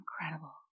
incredible